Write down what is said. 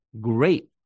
Great